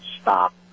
stop